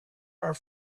are